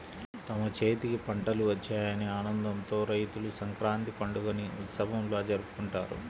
తమ చేతికి పంటలు వచ్చాయనే ఆనందంతో రైతులు సంక్రాంతి పండుగని ఉత్సవంలా జరుపుకుంటారు